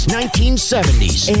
1970s